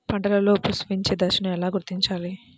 పంటలలో పుష్పించే దశను ఎలా గుర్తించాలి?